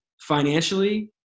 financially